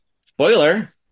spoiler